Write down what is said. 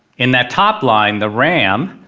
in that top line the ram,